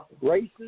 Races